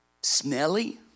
smelly